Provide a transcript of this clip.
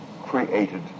created